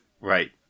Right